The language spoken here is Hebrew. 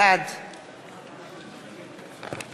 בעד